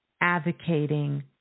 advocating